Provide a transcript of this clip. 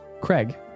Craig